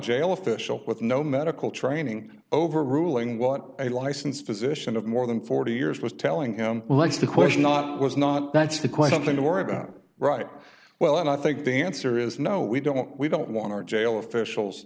jail official with no medical training overruling what a licensed physician of more than forty years was telling him let's the question not was not that's the question thing to worry about right well and i think the answer is no we don't we don't want our jail officials